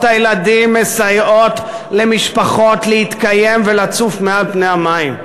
הילדים מסייעות למשפחות להתקיים ולצוף מעל פני המים,